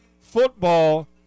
football